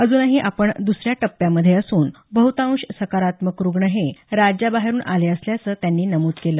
अजूनही आपण दुसऱ्या टप्प्या मध्ये असून बहुतांश सकारात्मक रुग्ण हे राज्याबाहेरून आले असल्याचं त्यांनी नमूद केलं